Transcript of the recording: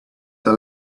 that